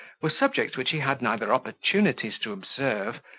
were subjects which he had neither opportunities to observe,